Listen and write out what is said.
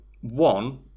one